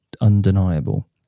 undeniable